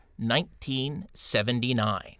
1979